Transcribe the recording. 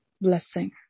blessing